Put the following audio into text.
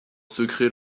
secret